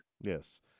Yes